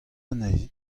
anezhi